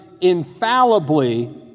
infallibly